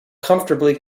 comfortably